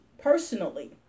personally